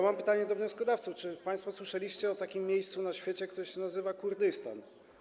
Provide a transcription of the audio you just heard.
Mam pytanie do wnioskodawców: Czy państwo słyszeliście o takim miejscu na świecie, które nazywa się Kurdystan?